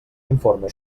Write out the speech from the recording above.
informe